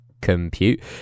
compute